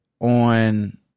on